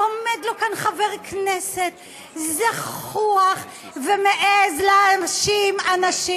ועומד לו כאן חבר כנסת זחוח ומעז להאשים אנשים